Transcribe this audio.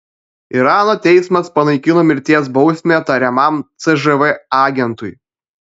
irano teismas panaikino mirties bausmę tariamam cžv agentui